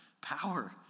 power